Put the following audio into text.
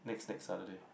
next next Saturday